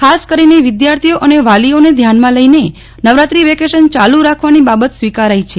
ખાસ કરીને વિદ્યાર્થીઓ અને વાલીઓને ધ્યાનમાં લઈને નવરાત્રી વેકેશન ચાલુ રાખવાની બાબત સ્વીકારાઈ છે